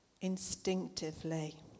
instinctively